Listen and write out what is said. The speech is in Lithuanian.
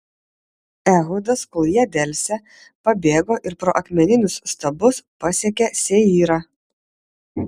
ehudas kol jie delsė pabėgo ir pro akmeninius stabus pasiekė seyrą